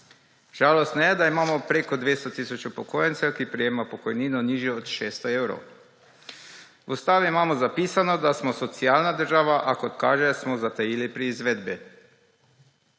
Žalostno je, da imamo preko 200 tisoč upokojencev, ki prejemajo pokojnino, nižjo od 600 evrov. V ustavi imamo zapisano, da smo socialna država, a kot kaže, smo zatajili pri izvedbi.